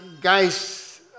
guys